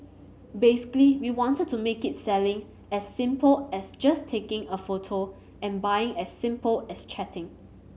basically we wanted to make it selling as simple as just taking a photo and buying as simple as chatting